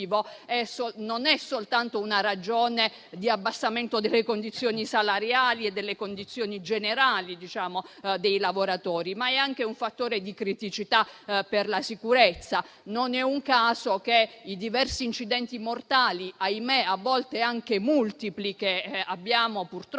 non è soltanto una ragione di abbassamento delle condizioni salariali e delle condizioni generali dei lavoratori, ma è anche un fattore di criticità per la sicurezza. Non è un caso che i diversi incidenti mortali - ahimè, a volte anche multipli - che abbiamo purtroppo